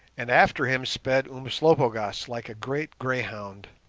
and after him sped umslopogaas like a great greyhound.